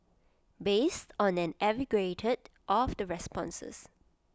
based on an aggregate of the responses